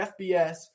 FBS